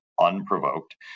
unprovoked